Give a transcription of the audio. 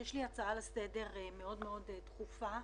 יש לי הצעה לסדר מאוד דחופה.